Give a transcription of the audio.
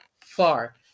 far